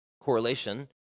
Correlation